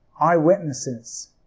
eyewitnesses